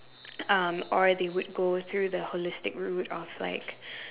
um or they would go through the holistic route of like